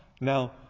now